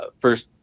first